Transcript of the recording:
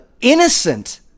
innocent